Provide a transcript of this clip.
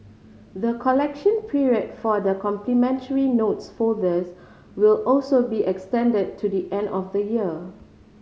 the collection period for the complimentary notes folders will also be extended to the end of the year